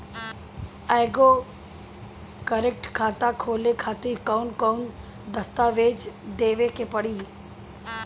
एगो करेंट खाता खोले खातिर कौन कौन दस्तावेज़ देवे के पड़ी?